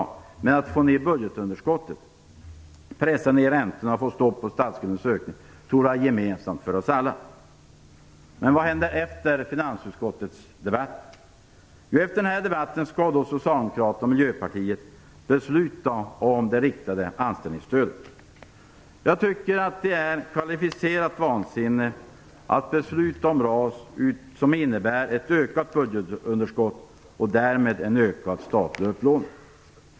Men önskan att få ner budgetunderskottet, pressa ner räntorna och få stopp på statsskuldens ökning tror jag är gemensam för oss alla. Men vad händer efter finansutskottets debatt? Efter den här debatten skall Socialdemokraterna och Jag tycker att det är kvalificerat vansinne att besluta om RAS. Det innebär ett ökat budgetunderskott och därmed en ökad statlig upplåning.